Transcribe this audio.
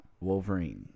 Wolverine